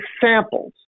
samples